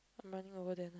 I'm running over there now